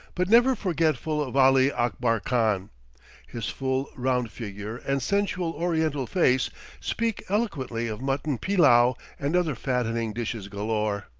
but never forgetful of ali akbar khan his full, round figure and sensual oriental face speak eloquently of mutton pillau and other fattening dishes galore,